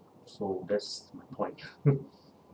so that's my point